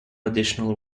additional